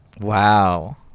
Wow